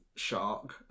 Shark